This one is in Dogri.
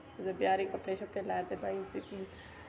ओह्दे ब्याह्रे कपड़े शपड़े लैदे भाई उसदे हून